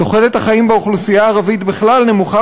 תוחלת החיים של האוכלוסייה הערבית בכלל נמוכה